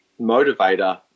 motivator